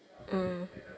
mm